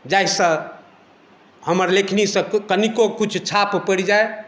जाहिसँ हमर लेखनीसँ कनिको किछु छाप पड़ि जाइ